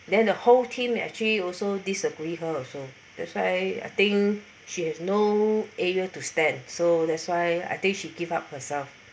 then a whole team actually also disagree her also that's why I think she has no area to stand so that's why I think she give up herself